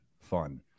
fun